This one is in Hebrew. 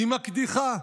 היא מקדיחה,